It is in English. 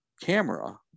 camera